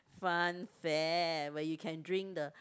fun fair where you can drink the